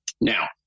Now